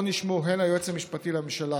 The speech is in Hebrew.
שבו נשמעו הן היועץ המשפטי לממשלה